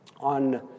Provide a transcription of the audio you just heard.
On